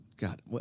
God